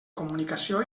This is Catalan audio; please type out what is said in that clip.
comunicació